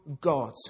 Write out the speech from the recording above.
God